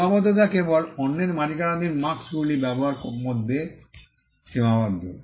সীমাবদ্ধতা কেবল অন্যের মালিকানাধীন মার্ক্স্ গুলি ব্যবহারের মধ্যে সীমাবদ্ধ